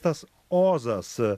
tas ozas